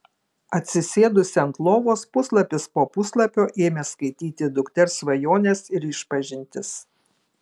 atsisėdusi ant lovos puslapis po puslapio ėmė skaityti dukters svajones ir išpažintis